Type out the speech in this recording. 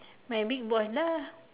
my big boss lah